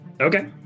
okay